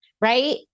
right